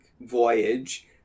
voyage